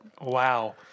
Wow